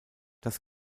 das